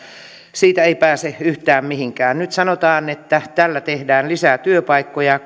siitä ei pääse yhtään mihinkään nyt sanotaan että tällä tehdään lisää työpaikkoja